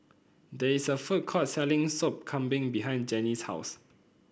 there is a food court selling Sop Kambing behind Janie's house